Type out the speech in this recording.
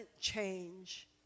change